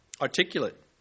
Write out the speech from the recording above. articulate